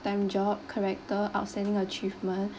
time job character outstanding achievement